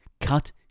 cut